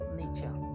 nature